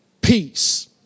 peace